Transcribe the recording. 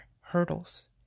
hurdles